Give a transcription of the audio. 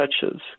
touches